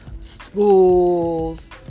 schools